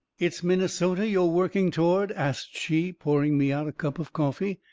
it's minnesota you're working toward? asts she, pouring me out a cup of coffee.